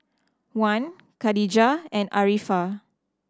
Wan Khadija and Arifa